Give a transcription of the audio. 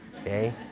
okay